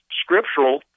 scriptural